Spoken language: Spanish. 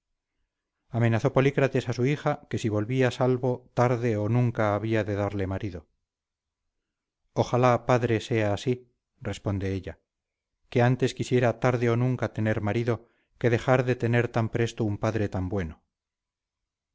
agüero amenazó polícrates a su hija que si volvía salvo tarde o nunca había de darle marido ojalá padre sea así responde ella que antes quisiera tarde o nunca tener marido que dejar de tener tan presto un padre tan bueno